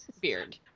beard